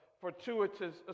fortuitous